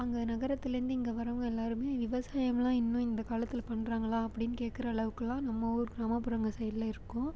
அங்கே நகரத்துலேருந்து இங்கே வரவங்க எல்லாருமே விவசாயம்லாம் இன்னும் இந்த காலத்தில் பண்ணுறாங்களா அப்படின்னு கேட்கற அளவுக்குலாம் நம்ம ஊர் கிராமப்புறங்கள் சைடில் இருக்கும்